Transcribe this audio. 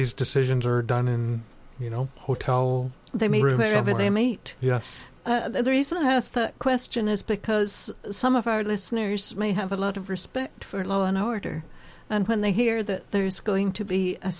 these decisions are done in you know hotel they may remember they mate yes the reason i asked that question is because some of our listeners may have a lot of respect for law and order and when they hear that there is going to be a